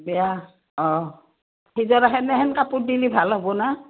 বেয়া অঁ সিজত সেনেহেন কাপোৰ দিলি ভাল হ'ব না